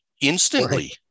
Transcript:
instantly